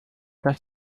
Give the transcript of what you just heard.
das